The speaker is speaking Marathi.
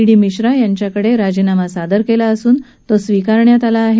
डी मिश्रा यांच्याकडे राजीनामा सादर केला असून तो स्वीकारण्यात आला आहे